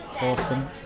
Awesome